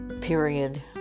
period